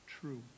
true